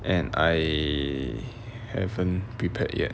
and I haven't prepared yet